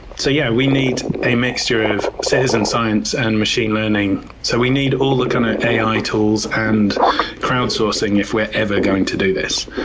so yeah, we need a mixture of citizen science and machine learning. so we need all the kind of ai tools and crowdsourcing if we're ever going to do this.